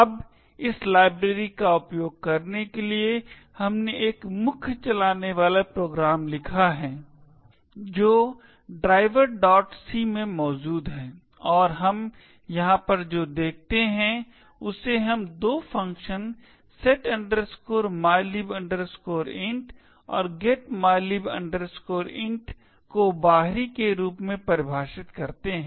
अब इस लाइब्रेरी का उपयोग करने के लिए हमने एक मुख्य चलाने वाला प्रोग्राम लिखा है जो Driverc में मौजूद है और हम यहाँ पर जो देखते हैं उसे हम दो फंक्शन set mylib int और getmylib int को बाहरी के रूप में परिभाषित करते हैं